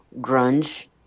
grunge